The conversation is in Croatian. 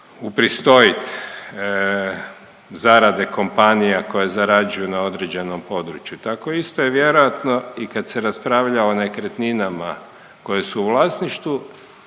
upristojit zarade kompanija koje zarađuju na određenom području. Tako isto je vjerojatno i kad se raspravlja o nekretninama koje su u vlasništvu.